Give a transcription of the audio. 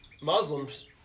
Muslims